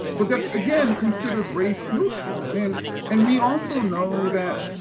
but that's, again, considered race neutral. and and we also know that,